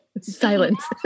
silence